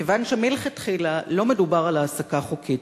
וכיוון שמלכתחילה לא מדובר על העסקה חוקית